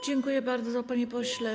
Dziękuję bardzo, panie pośle.